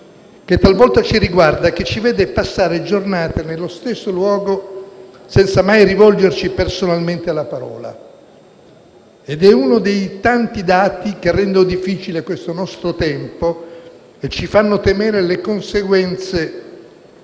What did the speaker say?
che talvolta ci riguarda e ci vede passare giornate nello stesso luogo senza mai rivolgerci personalmente la parola. Ed è uno dei tanti dati che rendono difficile questo nostro tempo e ci fanno temere le conseguenze